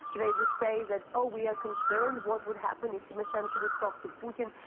they would say that, oh, we are concerned what would happen if tymoshenko would talk to putin,